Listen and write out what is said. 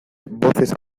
voces